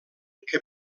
que